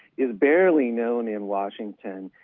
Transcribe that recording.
is barely known in washington,